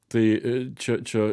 tai čia čia